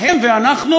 הם ואנחנו,